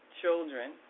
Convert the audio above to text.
children